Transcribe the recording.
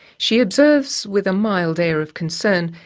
she observes, with a mild air of concern,